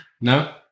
No